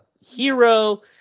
hero